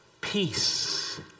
peace